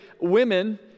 women